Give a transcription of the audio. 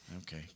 Okay